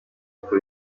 uko